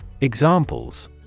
Examples